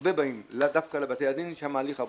הרבה באים דווקא לבתי הדין ששם ההליך הרבה יותר קצר.